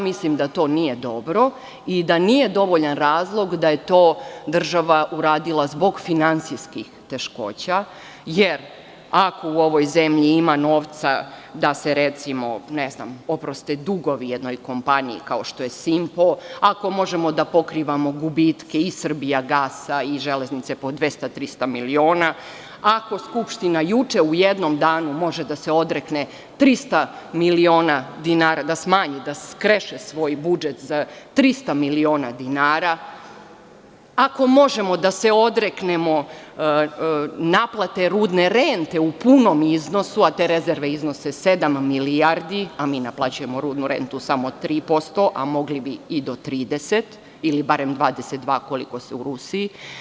Mislim da to nije dobro i da nije dovoljan razlog da je to država uradila zbog finansijskih teškoća, jer ako u ovoj zemlji ima novca da se, recimo, ne znam, oproste dugovi jednoj kompaniji kao što je „Simpo“, ako možemo da pokrivamo gubitke i „Srbijagasa“ i „Železnice“ po 200, 300 miliona, ako Skupština juče u jednom danu može da se odrekne 300 miliona dinara, da smanji, da skreše svoj budžet za 300 miliona dinara, ako možemo da se odreknemo naplate rudne rente u punom iznosu, a te rezerve iznose 7 milijardi, a mi naplaćujemo rudnu rentu samo 3%, a mogli bi i do 30%, ili barem 22 koliko je u Rusiji.